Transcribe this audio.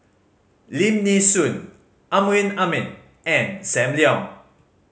Lim Nee Soon Amrin Amin and Sam Leong